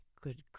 Good